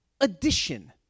addition